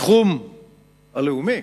בתחום הלאומי,